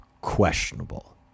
questionable